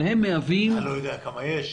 אבל הם מהווים --- אתה לא יודע כמה יש?